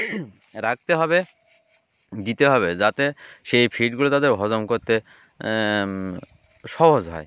রাখতে হবে দিতে হবে যাতে সেই ফিটগুলো তাদের হজম করতে সহজ হয়